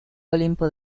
olimpo